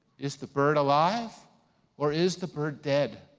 is the bird alive or is the bird dead?